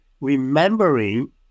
remembering